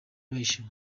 bahishiwe